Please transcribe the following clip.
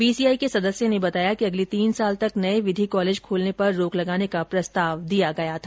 BCI के सदस्य ने बताया कि अगले तीन साल तक नये विधि कॉलेज खोलने पर रोंक लगाने का प्रस्ताव दिया गया था